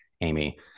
Amy